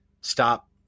stop